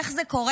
איך זה קורה?